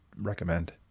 recommend